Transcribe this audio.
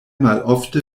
malofte